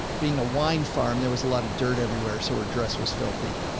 being a wind farm. there was a lot of dirt everywhere, so we're dressed was filthy.